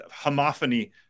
homophony